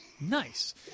Nice